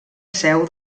seu